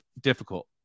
difficult